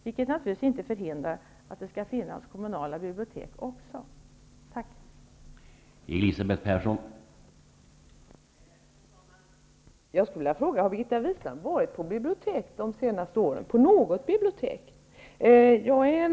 Vi kan naturligtvis inte förhindra att kommunala bibliotek också finns.